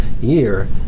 year